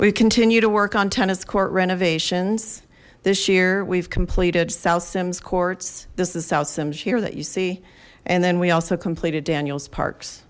we continue to work on tennis court renovations this year we've completed south sims courts this is south's image here that you see and then we also completed daniels parks